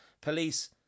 police